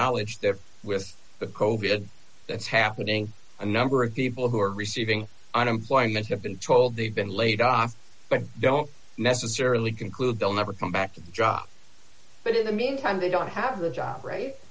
knowledge that with the cold good that's happening a number of people who are receiving unemployment have been told they've been laid off but don't necessarily conclude they'll never come back to a job but in the meantime they don't have a job right